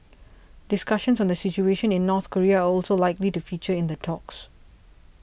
discussions on the situation in North Korea are also likely to feature in the talks